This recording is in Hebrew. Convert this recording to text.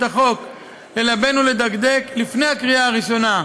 החוק ללבן ולדקדק לפני הקריאה הראשונה: